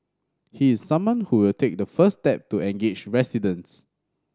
he is someone who will take the first step to engage residents